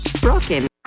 Broken